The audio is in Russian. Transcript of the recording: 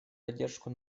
поддержку